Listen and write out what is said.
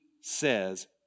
says